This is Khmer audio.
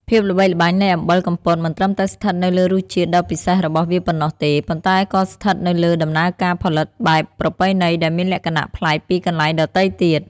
ភាពល្បីល្បាញនៃអំបិលកំពតមិនត្រឹមតែស្ថិតនៅលើរសជាតិដ៏ពិសេសរបស់វាប៉ុណ្ណោះទេ ប៉ុន្តែក៏ស្ថិតនៅលើដំណើរការផលិតបែបប្រពៃណីដែលមានលក្ខណៈប្លែកពីកន្លែងដទៃទៀត។